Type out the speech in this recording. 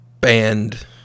band